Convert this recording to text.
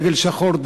דגל שחור,